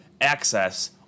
access